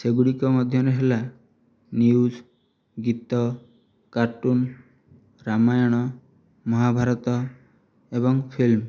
ସେଗୁଡ଼ିକ ମଧ୍ୟରେ ହେଲା ନ୍ୟୁଜ ଗୀତ କାର୍ଟୁନ ରାମାୟଣ ମହାଭାରତ ଏବଂ ଫିଲ୍ମ